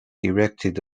erected